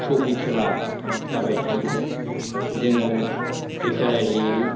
trophy खेला जाबाय थायो जोङो एखे राहेयै